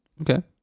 Okay